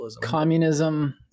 communism